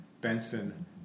Benson